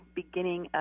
beginning